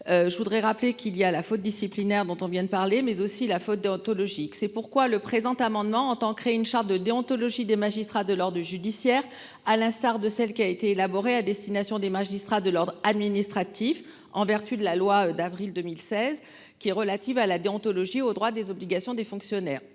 Je voudrais rappeler qu'il y a la faute disciplinaire dont on vient de parler, mais aussi la faute déontologique. C'est pourquoi le présent amendement entend créer une charte de déontologie des magistrats de l'ordre judiciaire à l'instar de celle qui a été élaboré à destination des magistrats de l'ordre administratif. En vertu de la loi d'avril 2016 qui est relative à la déontologie, au droit des obligations des fonctionnaires.